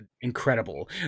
incredible